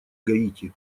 гаити